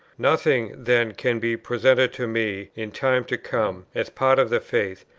nothing, then, can be presented to me, in time to come, as part of the faith,